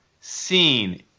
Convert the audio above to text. seen